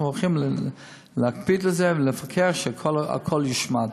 אנחנו הולכים להקפיד על זה ולפקח שהכול יושמד.